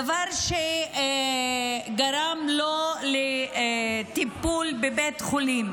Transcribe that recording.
דבר שגרם לו לטיפול בבית חולים.